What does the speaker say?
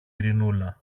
ειρηνούλα